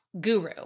guru